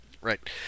Right